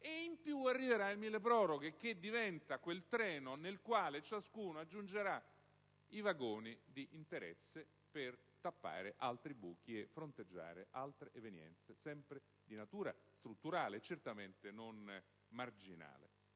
in più, arriverà il milleproroghe, che diventa quel treno al quale ciascuno aggiungerà i vagoni di interesse per tappare altri buchi e fronteggiare altre evenienze, sempre di natura strutturale e certamente non marginale.